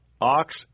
ox